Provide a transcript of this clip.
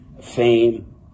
fame